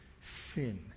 sin